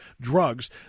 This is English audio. drugs